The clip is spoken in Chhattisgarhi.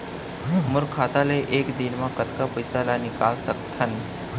मोर खाता ले एक दिन म कतका पइसा ल निकल सकथन?